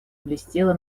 блестела